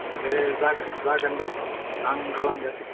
दे जागोन जागोन दे आं खालामगोन